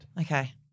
Okay